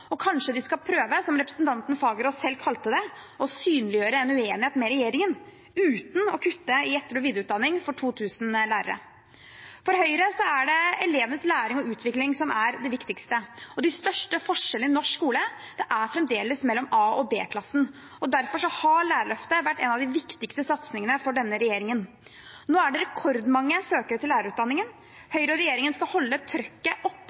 Kanskje skal de prøve, som representanten Fagerås selv kalte det, å synliggjøre en uenighet med regjeringen – uten å kutte i etter- og videreutdanning for 2 000 lærere. For Høyre er det elevenes læring og utvikling som er det viktigste, og de største forskjellene i norsk skole er fremdeles mellom A- og B-klassen. Derfor har lærerløftet vært en av de viktigste satsingene for denne regjeringen. Nå er det rekordmange søkere til lærerutdanningen. Høyre og regjeringen skal holde trykket